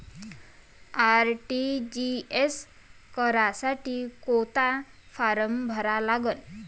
RTGS करासाठी कोंता form भरा लागन?